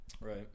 Right